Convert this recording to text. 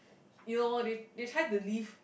you know they they try to live